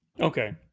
Okay